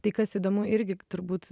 tai kas įdomu irgi turbūt